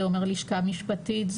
זה אומר לשכה משפטית,